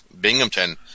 Binghamton